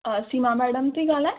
हा सीमा मैडम थी ॻाल्हाए